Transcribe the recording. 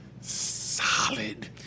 Solid